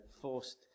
forced